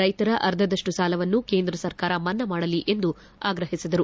ರೈತರ ಅರ್ಧದಷ್ಟು ಸಾಲವನ್ನು ಕೇಂದ್ರ ಸರ್ಕಾರ ಮನ್ನಾ ಮಾಡಲಿ ಎಂದು ಆಗ್ರಹಿಸಿದರು